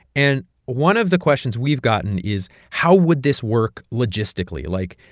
and one of the questions we've gotten is how would this work logistically? like,